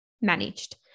managed